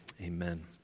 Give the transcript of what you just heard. amen